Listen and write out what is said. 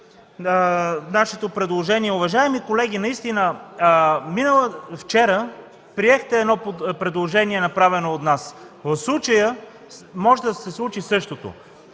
нашето предложение. Уважаеми колеги, наистина вчера приехте едно предложение, направено от нас. В случая може да се случи същото,